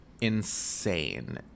insane